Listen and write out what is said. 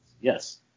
Yes